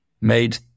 made